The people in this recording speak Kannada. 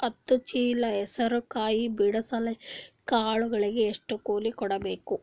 ಹತ್ತು ಚೀಲ ಹೆಸರು ಕಾಯಿ ಬಿಡಸಲಿಕ ಆಳಗಳಿಗೆ ಎಷ್ಟು ಕೂಲಿ ಕೊಡಬೇಕು?